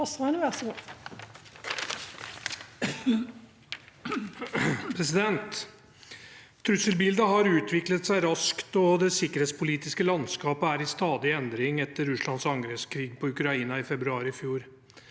Trusselbildet har utviklet seg raskt, og det sikkerhetspolitiske landskapet er i stadig endring etter Russlands angrepskrig mot Ukraina i februar i fjor.